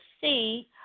see